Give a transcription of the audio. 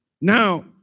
now